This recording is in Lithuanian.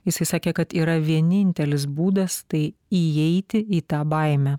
jisai sakė kad yra vienintelis būdas tai įeiti į tą baimę